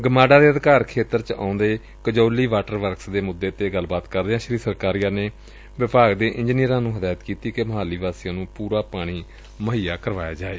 ਗਮਾਡਾ ਦੇ ਅਧਿਕਾਰ ਖੇਤਰ ਚ ਆਉਦੇ ਕਜੌਲੀ ਵਾਟਰ ਵਰਕਸ ਦੇ ਮੁੱਦੇ ਤੇ ਗੱਲਬਾਤ ਕਰਦਿਆਂ ਸ੍ਰੀ ਸਰਕਾਰੀਆ ਨੇ ਵਿਭਾਗ ਦੇ ਇੰਜਨੀਅਰਾਂ ਨੂੰ ਹਦਾਇਤ ਕੀਤੀ ਕਿ ਮੋਹਾਲੀ ਵਾਸੀਆਂ ਨੂੰ ਪੁਰਾ ਪਾਣੀ ਮੁੱਹਈਆ ਕਰਵਾਇਆ ਜਾ ਸਕੇ